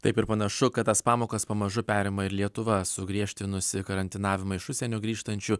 taip ir panašu kad tas pamokas pamažu perima ir lietuva sugriežtinusi karantinavimą iš užsienio grįžtančių